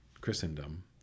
Christendom